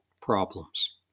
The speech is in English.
problems